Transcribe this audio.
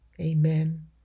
amen